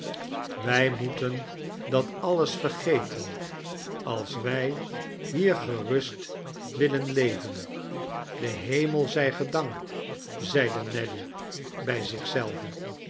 wij moeten dat alles vergeten als wij hier gerust willen leven de hemel zij gedankt zeide nelly bij